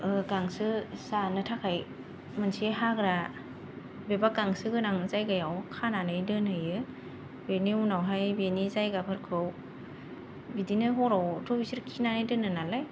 गांसो जानो थाखाय मोनसे हाग्रा एबा गांसो गोनां जायगायाव खानानै दोनहैयो बेनि उनावहाय बेनि जायगाफोरखौ बिदिनो बिसोर हरावथ' खिनानै दोनो नालाय